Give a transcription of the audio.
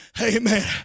Amen